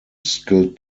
skilled